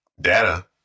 Data